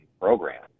program